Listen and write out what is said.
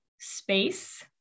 space